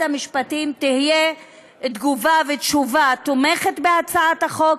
המשפטים תהיה תגובה ותשובה תומכת בהצעת החוק,